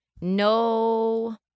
no